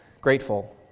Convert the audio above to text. grateful